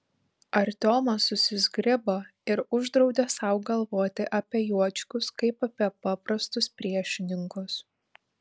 artiomas susizgribo ir uždraudė sau galvoti apie juočkius kaip apie paprastus priešininkus